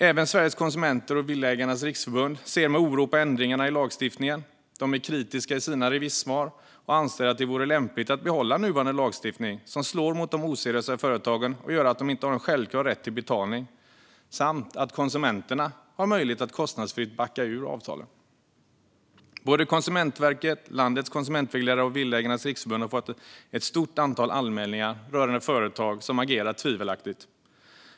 Även Sveriges Konsumenter och Villaägarnas Riksförbund ser med oro på ändringarna i lagstiftningen. De är kritiska i sina remissvar och anser att det vore lämpligt att behålla nuvarande lagstiftning, som slår mot de oseriösa företagen och gör att de inte har självklar rätt till betalning, samt att konsumenterna ska ha möjlighet att kostnadsfritt backa ur avtalen. Både Konsumentverket, landets konsumentvägledare och Villaägarnas Riksförbund har fått ett stort antal anmälningar rörande företag som agerar tvivelaktigt.